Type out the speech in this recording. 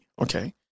Okay